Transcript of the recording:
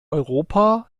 europa